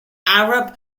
arab